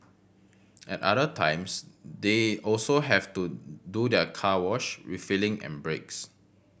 at other times they also have to do their car wash refuelling and breaks